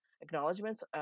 acknowledgements